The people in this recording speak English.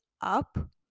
up